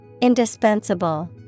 Indispensable